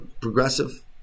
progressive